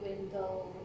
window